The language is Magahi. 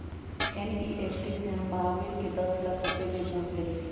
एन.ई.एफ़.टी से हम महावीर के दस लाख रुपए का घुस देलीअई